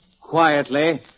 quietly